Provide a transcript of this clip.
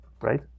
right